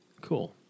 Cool